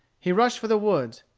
he rushed for the woods.